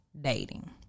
dating